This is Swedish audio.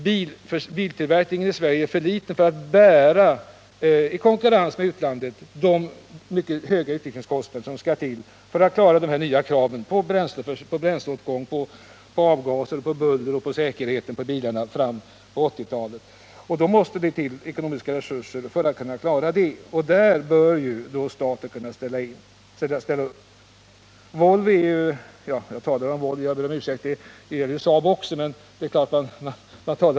Biltillverkningen i Sverige är för liten för att, i konkurrens med utlandet, nu bära de mycket höga utvecklingskostnader som behövs för att klara de nya kraven på 1980-talet beträffande bränsleåtgång, avgaser, buller och säkerhet. Detta kräver ekono miska resurser, och här bör alltså staten kunna ställa upp. Frågan berör ju inte bara Volvo i Göteborg, eftersom endast en mindre del — ca 16 000 personer — är anställda där.